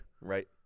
Right